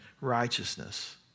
righteousness